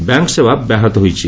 ବ୍ୟାଙ୍ ସେବା ବ୍ୟାହତ ହୋଇଛି